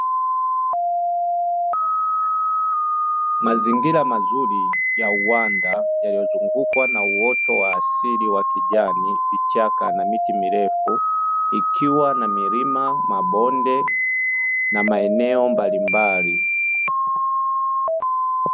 Mazingira mazuri ya uwanda yaliyozungukwa na uoto wa asili wa kijani, vichaka na miti mirefu ikiwa na milima, mabonde na maeneo mbalimbali.